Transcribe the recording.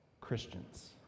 Christians